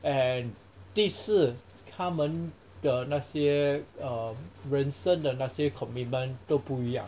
and 第四他们的那些 mm 人生的那些 commitment 都不一样